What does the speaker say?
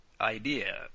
idea